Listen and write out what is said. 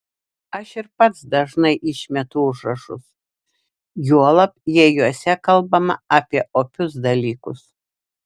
aš ir pats dažnai išmetu užrašus juolab jei juose kalbama apie opius dalykus